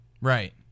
right